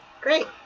great